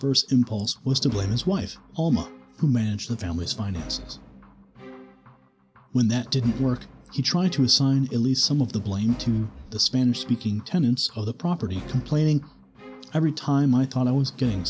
first impulse was to blame his wife alma who managed the family's finances when that didn't work he tried to assign at least some of the blame to the spanish speaking tenants of the property complaining every time i thought i was getting